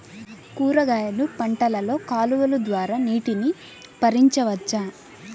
కూరగాయలు పంటలలో కాలువలు ద్వారా నీటిని పరించవచ్చా?